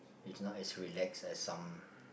it's not as relaxed as some